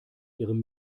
ihrem